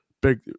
Big